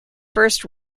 first